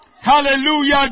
Hallelujah